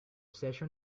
session